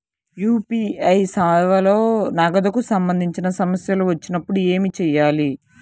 UPI సేవలలో నగదుకు సంబంధించిన సమస్యలు వచ్చినప్పుడు ఏమి చేయాలి?